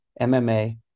mma